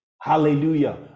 Hallelujah